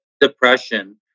depression